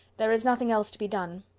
there is nothing else to be done.